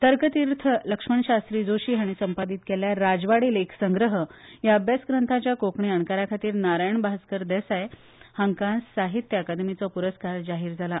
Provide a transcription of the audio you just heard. तर्कतिर्थ लक्ष्मण शास्त्री जोशी हाणी संपादित केल्ल्या राजवाडे लेख संग्रह ह्या अभ्यास ग्रंथाच्या कोकणी अणकाराखातीर नारायण भास्कर देसाय हांका साहित्य अकादमीचो पुरस्कार जाहीर जाला